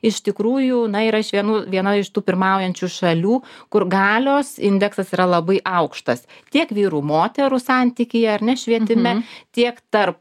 iš tikrųjų na yra iš vienų viena iš tų pirmaujančių šalių kur galios indeksas yra labai aukštas tiek vyrų moterų santykyje ar ne švietime tiek tarp